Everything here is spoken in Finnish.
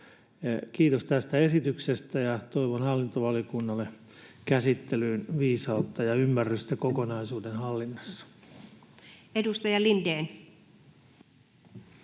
Kiitos tästä esityksestä, ja toivon hallintovaliokunnalle käsittelyyn viisautta ja ymmärrystä kokonaisuuden hallinnassa. Edustaja Lindén.